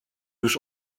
już